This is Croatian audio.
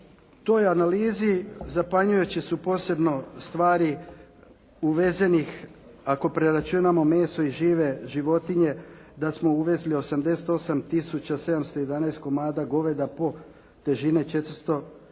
toj analizi zapanjujuće su posebno stvari uvezenih, ako preračunamo meso i žive životinje da smo uvezli 88 tisuća 711 komada goveda po težine 420